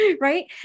right